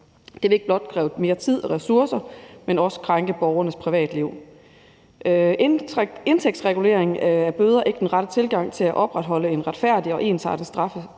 Det vil ikke blot kræve mere tid og flere ressourcer, men også krænke borgernes privatliv. Indtægtsregulering af bøder er ikke den rette tilgang til at opretholde et retfærdigt og ensartet straffesystem.